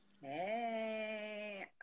Hey